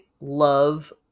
love